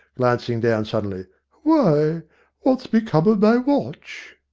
glancing down suddenly, why a what's become of my watch?